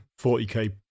40k